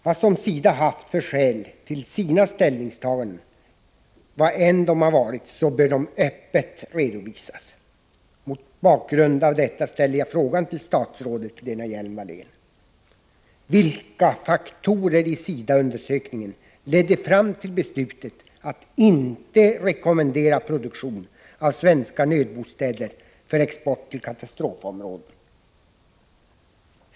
Vilka skäl SIDA än har haft för sina ställningstaganden bör de öppet redovisas. Mot bakgrund av detta ställer jag frågan till statsrådet Lena Hjelm Wallén: Vilka faktorer i SIDA-undersökningen ledde fram till beslutet att inte rekommendera produktion av svenska nödbostäder för export till katastrofområden?